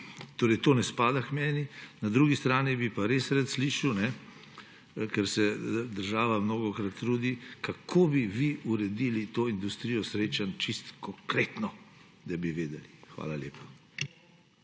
torej to ne spada k meni. Na drugi strani bi pa res rad slišal, ker se država mnogokrat trudi, kako bi vi uredili to industrijo srečanj čisto konkretno, da bi vedeli. Hvala lepa.